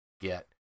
get